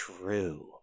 True